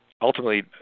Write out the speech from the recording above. ultimately